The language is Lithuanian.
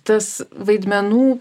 tas vaidmenų